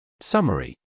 Summary